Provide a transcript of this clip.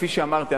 כפי שאמרתי,